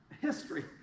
history